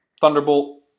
Thunderbolt